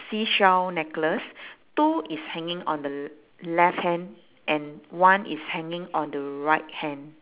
seashell necklace two is hanging on the left hand and one is hanging on the right hand